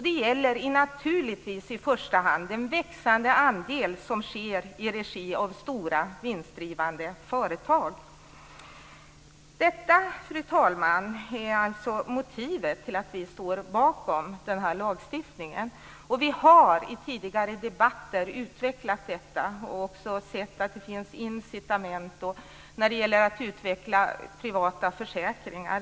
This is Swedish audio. Det gäller naturligtvis i första hand den växande andel som sker i regi av stora vinstdrivande företag. Detta, fru talman, är alltså motivet till att vi står bakom denna lagstiftning. Vi har i tidigare debatter utvecklat detta och också sett att det finns incitament när det gäller att utveckla privata försäkringar.